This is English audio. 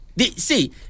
see